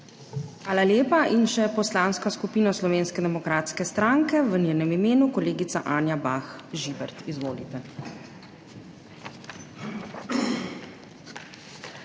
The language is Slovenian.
Hvala lepa. In še Poslanska skupina Slovenske demokratske stranke, v njenem imenu kolegica Anja Bah Žibert. Izvolite. **ANJA